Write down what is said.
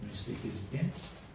speakers against?